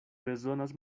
bezonas